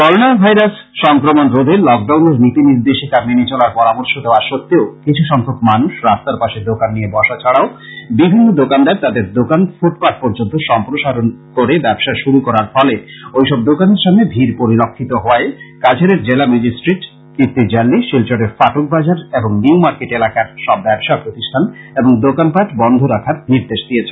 corona virus সংক্রমন রোধে লক ডাউনের নীতি নির্দেশিকা মেনে চলার পরামর্শ দেওয়া সত্বেও কিছু সংখ্যক মানুষ রাস্তার পাশে দোকান নিয়ে বসা ছাড়াও বিভিন্ন দোকানদার তাদের দোকান ফুটপাত পর্যন্ত সম্প্রসারণ করে ব্যাবসা শুরু করার ফলে সেই সব দোকানের সামনে ভীড় পরিলক্ষিত হওয়ায় কাছাড়ের জেলা ম্যাজিষ্ট্রিট কীর্তি জাল্লী শিলচরের ফাটক বাজার এবং নিউ মার্কেট এলাকার সব ব্যাবসা প্রতিষ্ঠান এবং দোকানপাট বন্ধ রাখার নির্দেশ দিয়েছেন